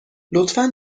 لطفا